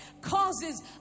causes